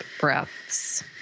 breaths